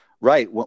right